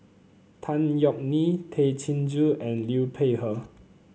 Tan Yeok Nee Tay Chin Joo and Liu Peihe